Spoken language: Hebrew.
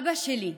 אבא שלי,